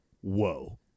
Whoa